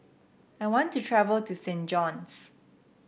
I want to travel to Saint John's